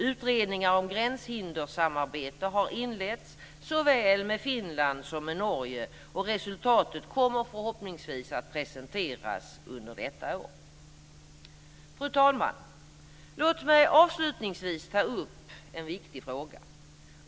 Utredningar om gränshindersamarbete har inletts såväl med Finland som med Norge, och resultatet kommer förhoppningsvis att presenteras under detta år. Fru talman! Låt mig avslutningsvis ta upp en viktig fråga.